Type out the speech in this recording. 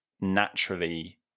naturally